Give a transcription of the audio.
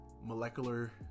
molecular